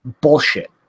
bullshit